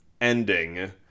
ending